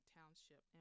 Township